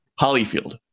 Hollyfield